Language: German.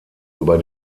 über